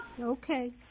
Okay